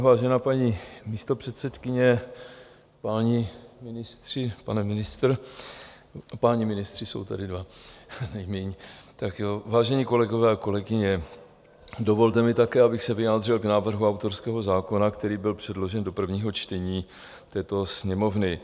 Vážená paní místopředsedkyně, páni ministři, pane ministře páni ministři jsou tady dva vážení kolegové a kolegyně, dovolte mi také, abych se vyjádřil k návrhu autorského zákona, který byl předložen do prvního čtení této Sněmovny.